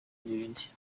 n’ibindi